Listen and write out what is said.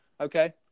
Okay